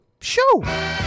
Show